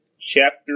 chapter